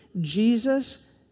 Jesus